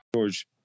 George